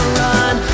run